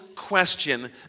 question